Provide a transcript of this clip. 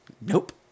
Nope